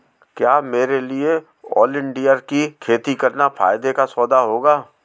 क्या मेरे लिए ओलियंडर की खेती करना फायदे का सौदा होगा?